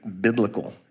biblical